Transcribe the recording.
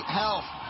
health